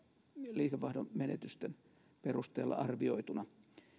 liikevaihdon menetysten perusteella arvioituna